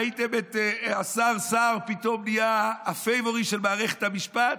ראיתם איך השר סער פתאום נהיה הפייבוריט של מערכת המשפט?